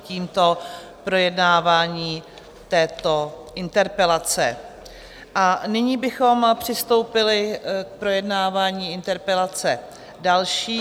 Tímto končím projednávání této interpelace a nyní bychom přistoupili k projednávání interpelace další.